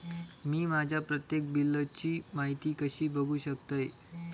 मी माझ्या प्रत्येक बिलची माहिती कशी बघू शकतय?